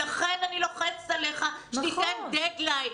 לכן אני לוחצת עליך שתיתן דד-ליין.